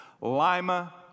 Lima